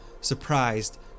surprised